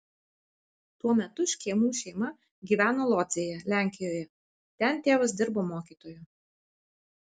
tuo metu škėmų šeima gyveno lodzėje lenkijoje ten tėvas dirbo mokytoju